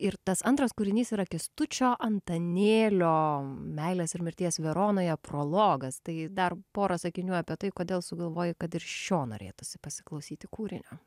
ir tas antras kūrinys yra kęstučio antanėlio meilės ir mirties veronoje prologas tai dar porą sakinių apie tai kodėl sugalvojai kad ir šio norėtųsi pasiklausyti kūrinio